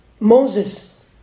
Moses